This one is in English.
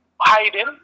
hiding